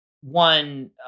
one